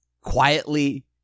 quietly –